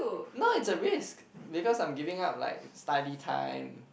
no it's a risk because I'm giving up like study time